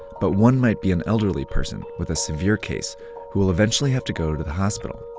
but one might be an elderly person with a severe case who will eventually have to go to the hospital.